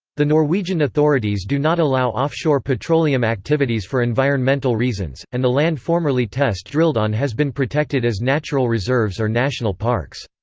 the norwegian authorities do not allow offshore petroleum activities for environmental reasons, and the land formerly test-drilled on has been protected as natural reserves or national parks.